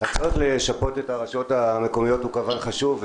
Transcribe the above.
שיפוי הרשויות המקומיות הוא חשוב.